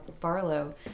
Barlow